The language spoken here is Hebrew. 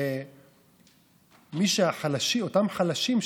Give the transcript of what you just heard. שאותם חלשים,